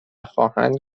خواهند